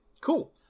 Cool